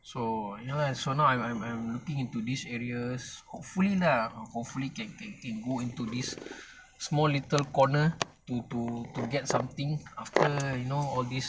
so ya lah so now I'm I'm I'm looking into these areas hopefully lah hopefully can can go into this small little corner to to to get something after you know all these